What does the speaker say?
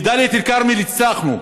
בדאלית אל-כרמל הצלחנו,